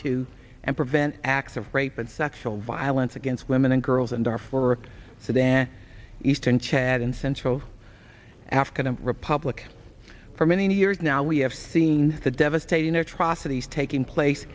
to and prevent acts of rape and sexual violence against women and girls and our forest to their eastern bad in central african republic for many years now we have seen the devastating atrocities taking place